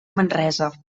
manresa